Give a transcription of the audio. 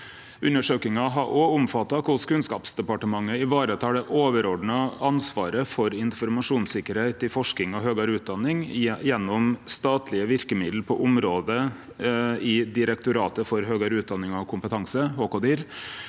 Undersøkinga har òg omfatta korleis Kunnskapsdepartementet varetek det overordna ansvaret for informasjonssikkerheit i forsking og høgare utdanning, gjennom statlege verkemiddel på området i Direktoratet for høgare utdanning og kompetanse, NOKUT